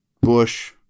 Bush